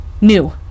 new